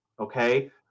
okay